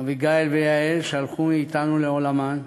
אביגיל ויעל, שהלכו מאתנו לעולמן.